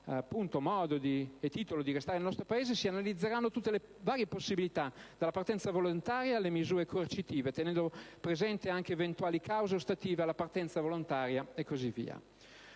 hanno modo e titolo di restare nel nostro Paese, si analizzeranno tutte le varie possibilità: dalla partenza volontaria alle misure coercitive, tenendo presente anche eventuali cause ostative alla partenza volontaria e così via.